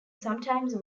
sometimes